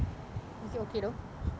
is it okay !duh!